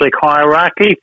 hierarchy